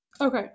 Okay